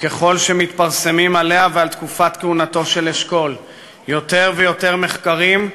וככל שמתפרסמים עליה ועל תקופת כהונתו של אשכול יותר ויותר מחקרים,